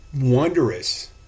wondrous